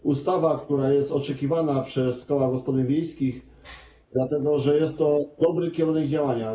To ustawa, która jest oczekiwana przez koła gospodyń wiejskich, dlatego że jest to dobry kierunek działania.